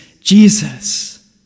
Jesus